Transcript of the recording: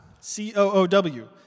C-O-O-W